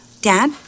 Dad